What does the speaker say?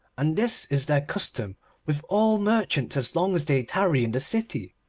and this is their custom with all merchants as long as they tarry in the city.